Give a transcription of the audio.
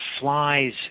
Flies